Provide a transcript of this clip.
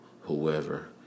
whoever